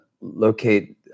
locate